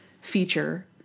feature